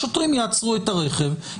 השוטרים יעצרו את הרכב,